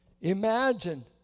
imagine